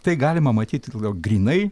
tai galima matyt grynai